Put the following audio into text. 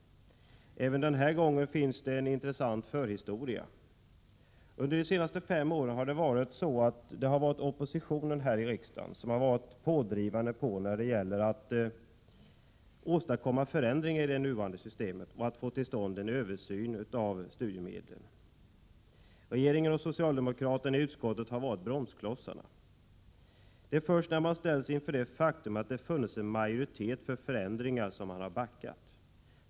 Även den här gången finns det en intressant förhistoria. Under de senaste fem åren har det varit oppositionen här i riksdagen som har varit pådrivande för att åstadkomma förändringar i det nuvarande systemet och att få till stånd en översyn av studiemedlens storlek. Regeringen och socialdemokraterna i utskottet har varit bromsklossarna. Det är först när socialdemokraterna ställts inför det faktum att det funnits en majoritet för förändringar som de har backat.